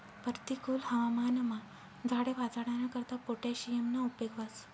परतिकुल हवामानमा झाडे वाचाडाना करता पोटॅशियमना उपेग व्हस